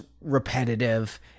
repetitive